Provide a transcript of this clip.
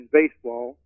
baseball